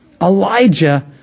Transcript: Elijah